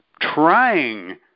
trying